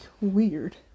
weird